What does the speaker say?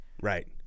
Right